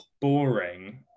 boring